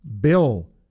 Bill